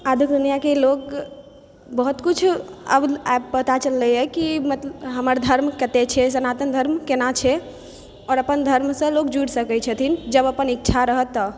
आधुनिक दुनिआके लोग बहुत किछु आब पता चललै हँ की मतलब हमर धर्म कतय छै सनातन धर्म केना छै आओर अपन धर्म सॅं लोक जुरि सकै छथिन जब अपन इच्छा रहत